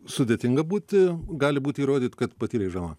sudėtinga būti gali būt įrodyt kad patyrei žalą